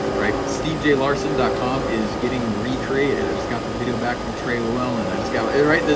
right, steve j larsen dot com is getting recreated, i just got the video back from trey lowell and i just got, but yeah right,